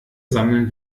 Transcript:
sammeln